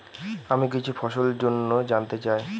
আমি কিছু ফসল জন্য জানতে চাই